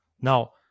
Now